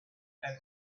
and